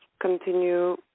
continue